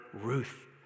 Ruth